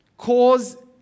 cause